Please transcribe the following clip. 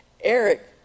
Eric